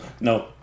No